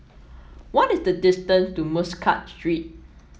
what is the distance to Muscat Street